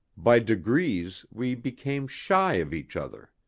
by degrees we became shy of each other.